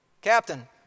Captain